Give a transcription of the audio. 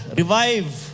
revive